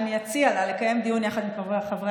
אני אציע לה לקיים דיון יחד עם חבריי חברי